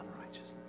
unrighteousness